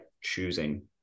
choosing